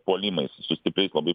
puolimais su stipriais labai